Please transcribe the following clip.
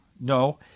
no